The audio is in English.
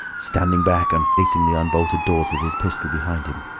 standing back and facing the unbolted doors with his pistol behind him.